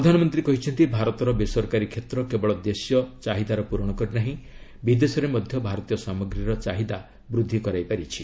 ପ୍ରଧାନମନ୍ତ୍ରୀ କହିଛନ୍ତି ଭାରତର ବେସରକାରୀ କ୍ଷେତ୍ର କେବଳ ଦେଶୀୟ ଚାହିଦାର ପୂରଣ କରିନାହିଁ ବିଦେଶରେ ମଧ୍ୟ ଭାରତୀୟ ସାମଗ୍ରୀର ଚାହିଦା ବୃଦ୍ଧି କରାଇପାରିଛି